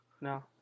No